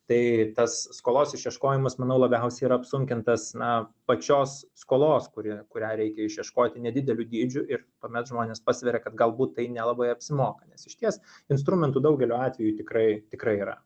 tai tas skolos išieškojimas manau labiausiai ir apsunkintas na pačios skolos kuri kurią reikia išieškoti nedideliu dydžiu ir tuomet žmonės pasveria kad galbūt tai nelabai apsimoka nes išties instrumentų daugeliu atvejų tikrai tikrai yra